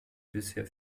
bisher